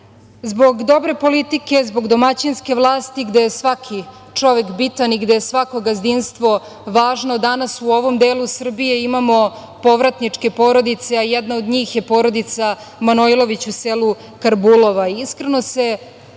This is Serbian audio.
dobre politike, zbog domaćinske vlasti gde je svaki čovek bitan i gde je svako gazdinstvo važno danas u ovom delu Srbije imamo povratničke porodice, a jedna od njih je porodica Manojlović u selu Karbulova. Iskreno se